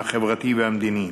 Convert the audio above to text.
החברתי והמדיני.